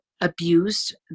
abused